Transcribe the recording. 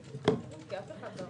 כי אף אחד לא.